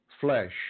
flesh